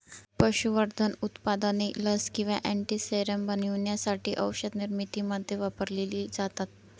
पशुसंवर्धन उत्पादने लस किंवा अँटीसेरम बनवण्यासाठी औषधनिर्मितीमध्ये वापरलेली जातात